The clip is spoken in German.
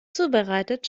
zubereitet